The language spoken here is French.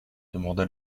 demanda